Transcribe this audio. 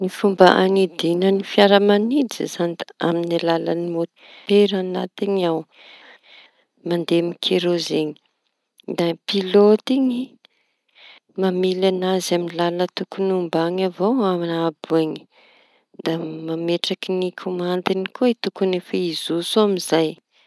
Ny fomba añidiñany fiara-mañidina da amin'ny alalany mô- môtera añatiñy ao mande amy kerôzeñy. Da ny pilôty iñy mamily añazy amy lala tokoñy ombañy avao añabo eñy da mametraky ny komandiñy koa tokoñy efa hijotso amizay.